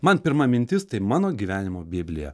man pirma mintis tai mano gyvenimo biblija